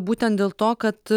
būtent dėl to kad